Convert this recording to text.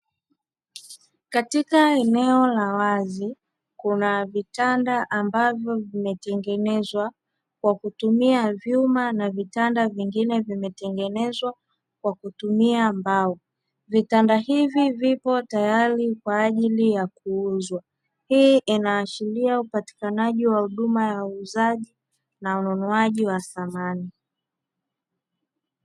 Katika eneo la wazi kuna vitanda ambavyo vimetengenezwa kwa kutumia vyuma na vitanda vingine vimetengenezwa kwa kutumia mbao. Vitanda hivi vipo tayari kwa ajili ya kuuzwa. Hii inaashiria upatikanaji wa huduma ya uuzaji na ununuaji wa samani.